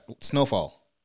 Snowfall